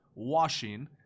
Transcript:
Washing